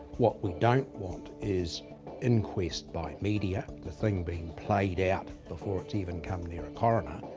what we don't want is inquest by media. the thing being played out before it's even come near a coroner.